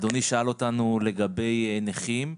אדוני שאל אותנו לגבי נכים,